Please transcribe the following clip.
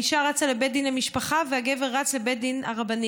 האישה רצה לבית דין למשפחה והגבר רץ לבית הדין הרבני,